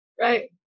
Right